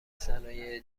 صنایع